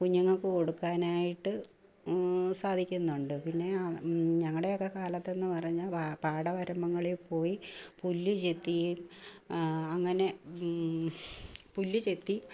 കുഞ്ഞുങ്ങൾക്ക് കൊടുക്കാനായിട്ട് സാധിക്കുന്നുണ്ട് പിന്നെ ആ ഞങ്ങളുടെ ഒക്കെ കാലത്തെന്നു പറഞ്ഞാൽ പാ പാടവരമ്പുകളിൽപോയി പുല്ലു ചെത്തി അങ്ങനെ പുല്ലുചെത്തി